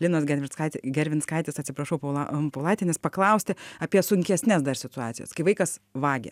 linos germinskaitės gervinskaitės atsiprašau paulau paulaitienės paklausti apie sunkesnes dar situacijas kai vaikas vagia